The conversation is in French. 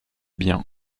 bien